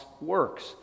works